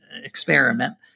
experiment